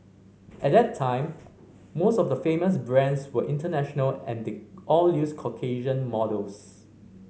at that time most of the famous brands were international and they all used Caucasian models